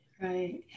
Right